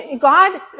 God